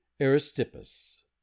Aristippus